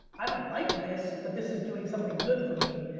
i don't like this, but this is doing something good for me.